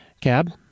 Cab